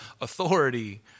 authority